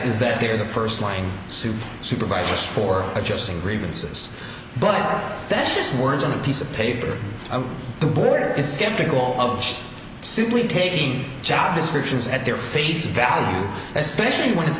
is that they're the first line super supervisors for adjusting grievances but that's just words on a piece of paper the board is skeptical of simply taking job descriptions at their face value especially when it's